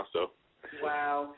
Wow